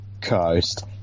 Coast